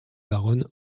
baronne